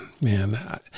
man